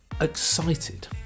excited